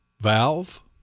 valve